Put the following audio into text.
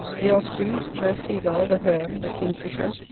the osprey, the sea-gull, the hern, the king-fisher,